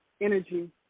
energy